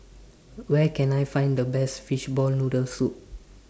Where Can I Find The Best Fishball Noodle Soup